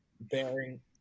bearing